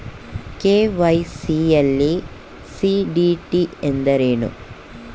KYC ಯಲ್ಲಿ CDD ಎಂದರೇನು?